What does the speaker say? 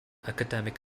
academic